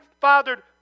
fathered